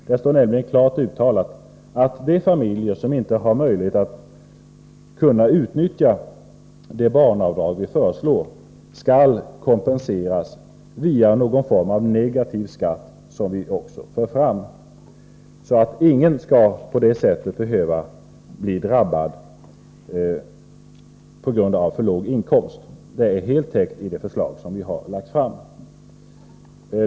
Där står nämligen klart uttalat att de familjer som inte har möjlighet att utnyttja det barnavdrag vi föreslår skall kompenseras via någon form av negativ skatt, som vi också lägger fram förslag om. På det sättet skall ingen behöva bli drabbad på grund av för låg inkomst. Det är helt täckt i det förslag vi lagt fram.